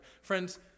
Friends